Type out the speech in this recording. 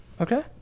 Okay